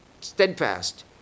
steadfast